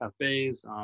cafes